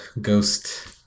ghost